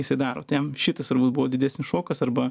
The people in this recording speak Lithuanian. jisai daro tai jam šitas turbūt buvo didesnis šokas arba